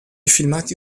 filmati